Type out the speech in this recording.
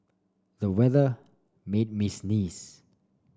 the weather made me sneeze